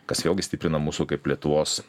kas vėlgi stiprina mūsų kaip lietuvos